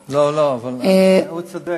לא לא, אבל הוא צודק.